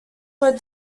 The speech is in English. were